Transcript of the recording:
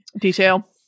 detail